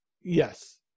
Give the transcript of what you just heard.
Yes